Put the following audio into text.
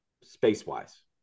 space-wise